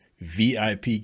VIP